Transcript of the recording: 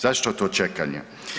Zašto to čekanje?